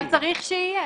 אבל צריך שיהיה.